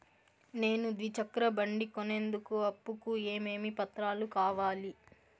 నేను ద్విచక్ర బండి కొనేందుకు అప్పు కు ఏమేమి పత్రాలు కావాలి?